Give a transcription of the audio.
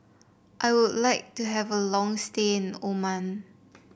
I would like to have a long stay in Oman